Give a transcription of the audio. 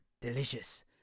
Delicious